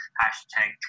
hashtag